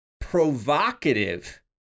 provocative